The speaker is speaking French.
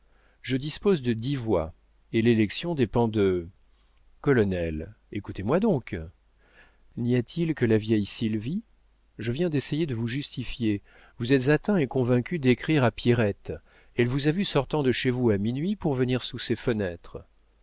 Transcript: je dispose de dix voix et l'élection dépend de colonel écoutez-moi donc n'y a-t-il que la vieille sylvie je viens d'essayer de vous justifier vous êtes atteint et convaincu d'écrire à pierrette elle vous a vu sortant de chez vous à minuit pour venir sous ses fenêtres